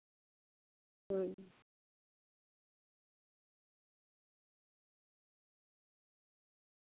अं